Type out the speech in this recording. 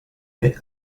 mai